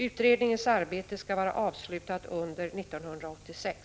Utredningens arbete skall vara avslutat under år 1986.